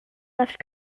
left